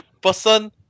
person